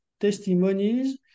testimonies